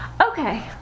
Okay